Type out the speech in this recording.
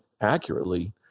accurately